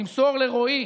תמסור לרועי,